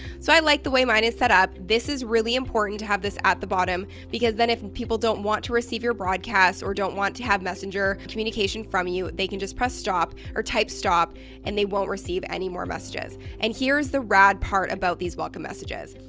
so i like the way mine is set up, this is really important to have this at the bottom because then if people don't want to receive your broadcasts or don't want to have messenger communication from you they can just press stop or type stop and they won't receive any more messages. and here's the rad part about these welcome messages,